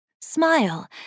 Smile